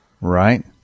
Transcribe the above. Right